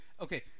Okay